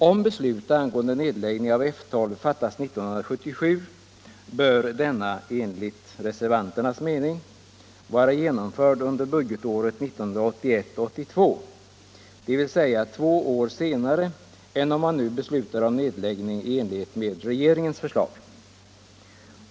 Om beslut angående nedläggning av F 12 fattas 1977 bör denna vara genomförd under budgetåret 1981/82, dvs. två år senare än om man nu beslutar om nedläggning i enlighet med regeringens förslag.